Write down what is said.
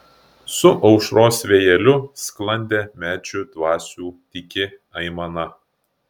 su aušros vėjeliu sklandė medžių dvasių tyki aimana